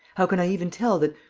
how can i even tell that,